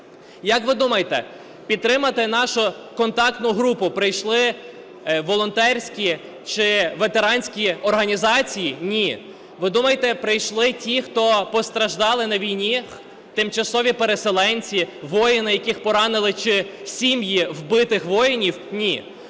Як ви думаєте підтримати нашу контактну групу прийшли волонтерські чи ветеранські організації? Ні. Ви думаєте прийшли ті, хто постраждали на війни, тимчасові переселенці, воїни, яких поранили чи сім'ї вбитих воїнів? Ні.